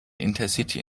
intercity